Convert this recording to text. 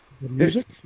music